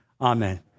Amen